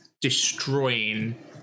destroying